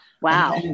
Wow